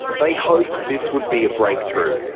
they hoped this would be a breakthrough,